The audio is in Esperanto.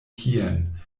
kien